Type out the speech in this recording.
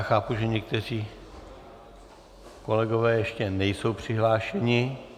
Chápu, že někteří kolegové ještě nejsou přihlášeni...